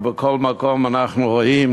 ובכל מקום אנחנו רואים